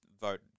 vote